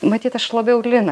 matyt aš labiau liną